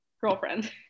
girlfriend